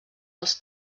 els